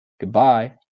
Goodbye